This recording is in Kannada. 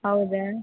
ಹೌದಾ